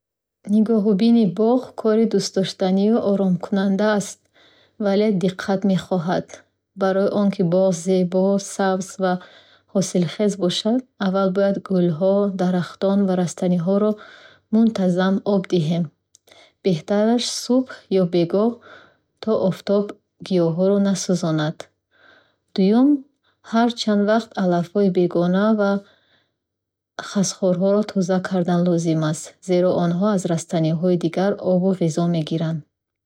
Нигоҳубини боғ кори дӯстдоштанию оромкунанда аст, вале диққат мехоҳад. Барои он ки боғ зебо, сабз ва ҳосилхез бошад, аввал бояд гулҳо, дарахтон ва растаниҳоро мунтазам об диҳем. Беҳтараш субҳ ё бегоҳ, то офтоб гиёҳҳоро насӯзонад. Дуюм, ҳар чанд вақт алафҳои бегона ва хасхорҳоро тоза кардан лозим, зеро онҳо аз растаниҳои дигар обу ғизо мегиранд.